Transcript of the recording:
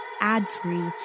ad-free